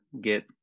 get